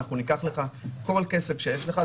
אנחנו ניקח לך כל כסף שיש לך.